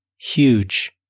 huge